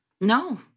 No